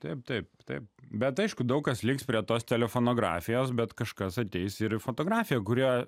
taip taip taip bet aišku daug kas liks prie tosterio fonografijos bet kažkas ateis ir į fotografija kurią